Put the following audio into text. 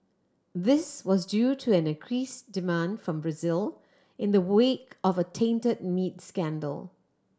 this was due to an increase demand from Brazil in the wake of a taint meat scandal